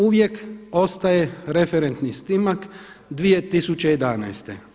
Uvijek ostaje referentni snimak 2011.